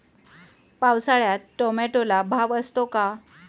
पावसाळ्यात टोमॅटोला भाव असतो का?